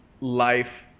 life